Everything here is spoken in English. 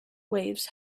waves